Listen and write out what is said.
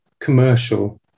commercial